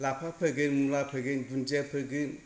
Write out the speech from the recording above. लाफा फोगोन मुला फोगोन दुनदिया फोगोन